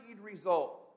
results